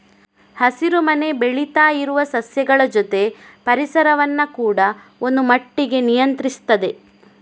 ಹಸಿರು ಮನೆ ಬೆಳೀತಾ ಇರುವ ಸಸ್ಯಗಳ ಜೊತೆ ಪರಿಸರವನ್ನ ಕೂಡಾ ಒಂದು ಮಟ್ಟಿಗೆ ನಿಯಂತ್ರಿಸ್ತದೆ